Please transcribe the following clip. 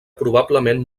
probablement